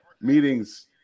meetings